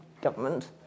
government